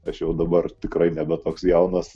aš jau dabar tikrai nebe toks jaunas